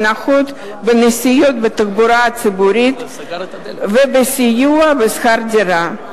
הנחות בנסיעות בתחבורה הציבורית ובסיוע בשכר דירה.